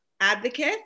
advocate